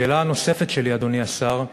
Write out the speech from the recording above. השאלה הנוספת שלי, אדוני השר: